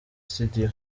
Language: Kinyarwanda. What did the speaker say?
studio